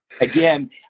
again